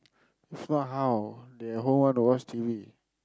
so how they at home want to watch T_V